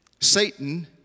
Satan